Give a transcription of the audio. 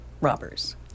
robbers